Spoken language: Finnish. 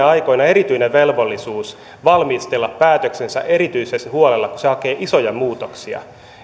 aikoina erityinen velvollisuus valmistella päätöksensä erityisen huolella kun se hakee isoja muutoksia